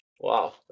Wow